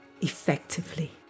effectively